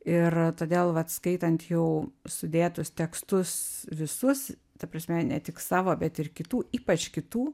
ir todėl vat skaitant jau sudėtus tekstus visus ta prasme ne tik savo bet ir kitų ypač kitų